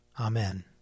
Amen